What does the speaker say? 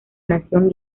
nación